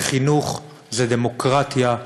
זה חינוך, זה דמוקרטיה,